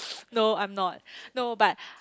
no I'm not no but